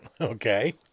Okay